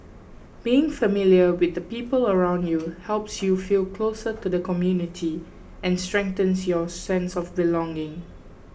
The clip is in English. being familiar with the people around you helps you feel closer to the community and strengthens your sense of belonging